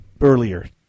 earlier